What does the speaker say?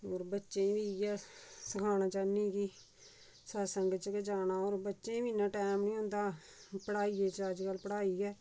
होर बच्चें ई बी इ'यै सखाना चाहन्नीं कि सत्संग गै च जाना होर बच्चें बी इन्ना टैम नी होंदा पढ़ाइयै च अज्जकल पढ़ाई ऐ